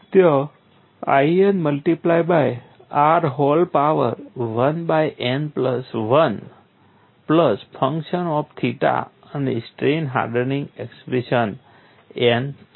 ત્યાં In multiplied by r whole power 1 by n plus 1 plus function of theta અને strain hardening exponent n છે